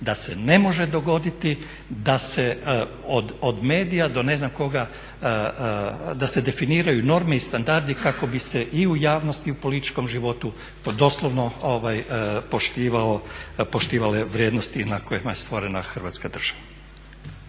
da se ne može dogoditi da se od medija do ne znam koga, da se definiraju norme i standardi kako bi se i u javnosti i u političkom životu doslovno poštivale vrijednosti na kojima je stvorena Hrvatska država.